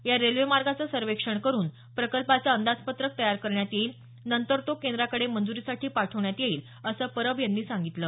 या रेल्वेमार्गाचं सर्वेक्षण करुन प्रकल्पाचं अंदाजपत्रक तयार करण्यात येईल नंतर तो केंद्राकडे मंज्रीसाठी पाठवण्यात येईल असं परब यांनी सांगितलं